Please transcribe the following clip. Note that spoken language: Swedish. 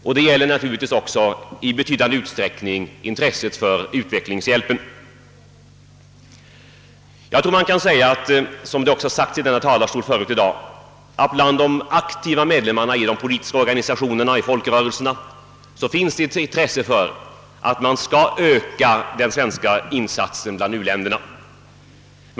Detta gäller naturligtvis också i betydande utsträckning intresset för utvecklingshjälpen. Jag tror man kan säga — och det har även sagts från denna talarstol i dag — att det bland de aktiva medlemmarna i de politiska organisationerna och i folkrörelserna finns intresse för att öka den svenska insatsen till u-länderna.